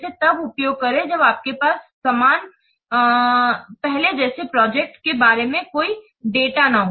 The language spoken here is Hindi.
इसे तब उपयोग करें जब आपके पास समान पहले जैसा प्रोजेक्ट के बारे में कोई डेटा न हो